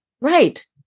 Right